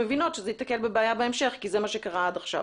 מבינות שזה ייתקל בבעיה בהמשך כי זה מה שקרה עד עכשיו.